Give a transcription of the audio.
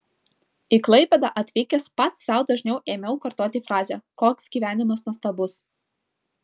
į klaipėdą atvykęs pats sau dažniau ėmiau kartoti frazę koks gyvenimas nuostabus